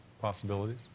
possibilities